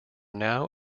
now